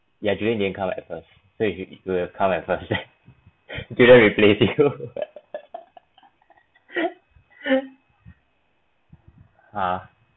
ya julian didn't come at first so you you will come at first then julian replaced you ah